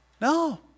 No